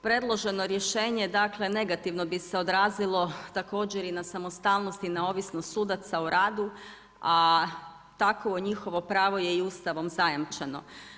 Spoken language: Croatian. Predloženo rješenje negativno bi se odrazilo također i na samostalnost i neovisnost sudaca u radu, a takovo njihovo pravo je Ustavom zajamčeno.